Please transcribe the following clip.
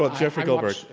ah jeffrey goldberg.